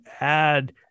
add